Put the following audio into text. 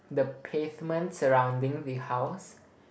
the pavement surrounding the house